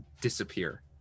disappear